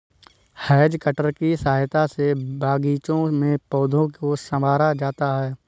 has cutter की सहायता से बागीचों में पौधों को सँवारा जाता है